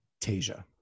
Tasia